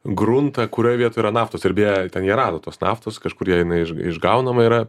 gruntą kurio vietoj yra naftos ir beje ten jie rado tos naftos kažkur jie ėmė išgaunama yra